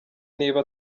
niba